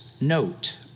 note